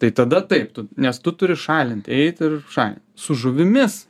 tai tada taip tu nes tu turi šalint eit ir šalint su žuvimis